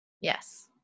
Yes